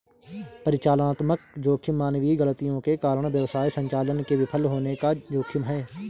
परिचालनात्मक जोखिम मानवीय गलतियों के कारण व्यवसाय संचालन के विफल होने का जोखिम है